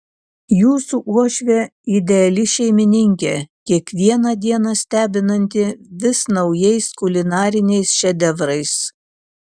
jūsų uošvė ideali šeimininkė kiekvieną dieną stebinanti vis naujais kulinariniais šedevrais